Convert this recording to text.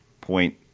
point